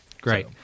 Great